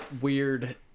weird